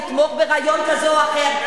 לתמוך ברעיון כזה או אחר,